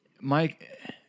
Mike